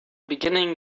beginning